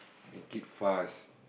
make it fast